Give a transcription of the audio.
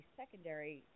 secondary